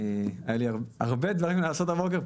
היה לי הרבה דברים לעשות הבוקר,